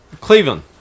cleveland